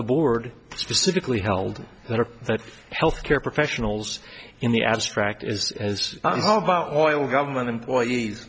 the board specifically held that health care professionals in the abstract is all about oil government employees